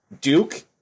Duke